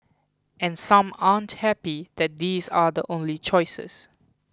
and some aren't happy that these are the only choices